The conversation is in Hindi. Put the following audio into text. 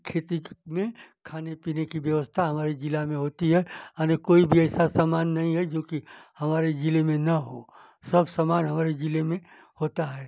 खेती क में खाने पीने की व्यवस्था हमारे ज़िला में होती है याने कोई भी ऐसा सामान नहीं है जो कि हमारे ज़िले में ना हो सब सामान हमारे ज़िले में होता है